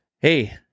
hey